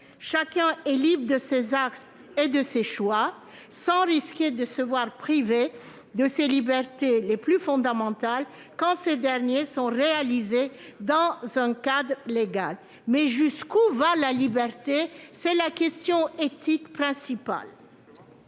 Chacun est libre de ses actes et de ses choix et ne doit pas risquer de se voir privé de ses libertés les plus fondamentales quand ils sont réalisés dans un cadre légal. Mais jusqu'où va la liberté ? C'est la question éthique principale